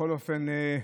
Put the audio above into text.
בכל אופן,